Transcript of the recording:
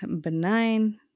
benign